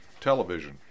Television